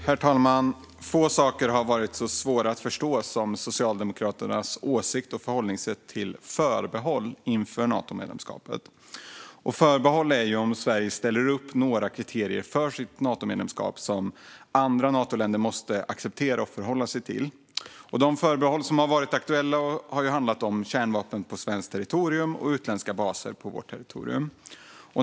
Herr talman! Få saker har varit så svåra att förstå som Socialdemokraternas åsikt om och förhållningssätt till förbehåll inför Natomedlemskapet. Förbehåll är ju om Sverige ställer upp några kriterier för sitt Natomedlemskap som andra Natoländer måste acceptera och förhålla sig till. De förbehåll som har varit aktuella har handlat om kärnvapen på svenskt territorium och om utländska baser på vårt territorium.